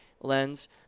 lens